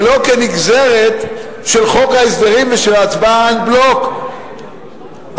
ולא כנגזרת של חוק ההסדרים ושל ההצבעה en bloc בלילה,